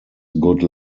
good